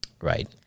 Right